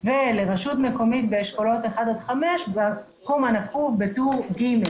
ולרשות מקומית באשכולות 1 5 הסכום הנקוב בטור ג'.